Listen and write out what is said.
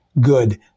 good